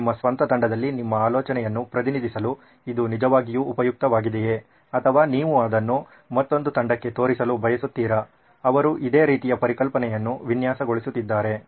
ನಿಮ್ಮ ಸ್ವಂತ ತಂಡದಲ್ಲಿ ನಿಮ್ಮ ಆಲೋಚನೆಯನ್ನು ಪ್ರತಿನಿಧಿಸಲು ಇದು ನಿಜವಾಗಿಯೂ ಉಪಯುಕ್ತವಾಗಿದೆಯೇ ಅಥವಾ ನೀವು ಅದನ್ನು ಮತ್ತೊಂದು ತಂಡಕ್ಕೆ ತೋರಿಸಲು ಬಯಸುತ್ತೀರಾ ಅವರು ಇದೇ ರೀತಿಯ ಪರಿಕಲ್ಪನೆಯನ್ನು ವಿನ್ಯಾಸಗೊಳಿಸುತ್ತಿದ್ದಾರೆ